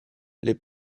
les